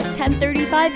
1035